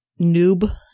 noob